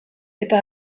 eta